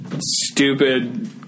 stupid